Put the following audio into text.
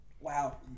Wow